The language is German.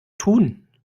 tun